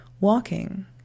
Walking